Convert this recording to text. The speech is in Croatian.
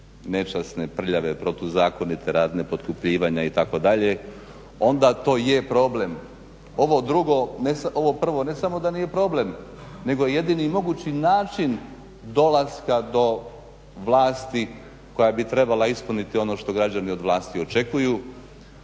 nečasne, prljave, protuzakonite radnje, potkupljivanje itd., onda to je problem. Ovo prvo ne samo da nije problem nego je i jedini mogući način dolaska do vlasti koja bi trebala ispuniti ono što građani od vlasti očekuju.